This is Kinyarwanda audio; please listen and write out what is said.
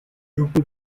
nubwo